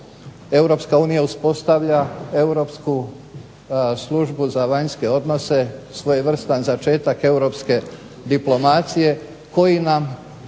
Europska unija uspostavlja Europsku službu za vanjske odnose, svojevrstan začetak Europske diplomacije koji nam